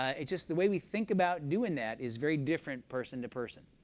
it's just the way we think about doing that is very different person to person.